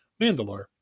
Mandalore